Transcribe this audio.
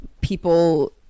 people